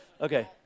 okay